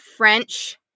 French